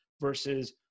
versus